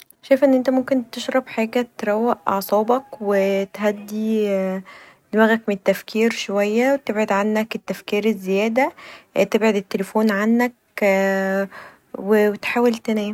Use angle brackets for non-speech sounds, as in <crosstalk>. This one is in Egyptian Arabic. <noise> شايفه ان انت ممكن تشرب حاجه تروق اعصابك وتهدي <hesitation> دماغك من التفكير شويه و تبعد عنك التفكير الزياده ، تبعد التليفون عنك